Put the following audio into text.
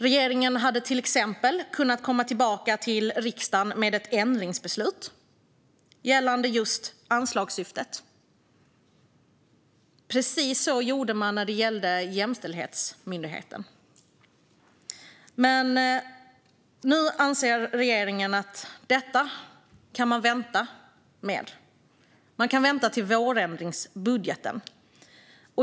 Regeringen hade till exempel kunnat komma tillbaka till riksdagen med ett ändringsbeslut gällande just anslagssyftet. Precis det gjorde man när det gällde Jämställdhetsmyndigheten. Men när det gäller detta anser regeringen att man kan vänta. Man kan vänta till vårändringsbudgeten.